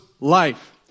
life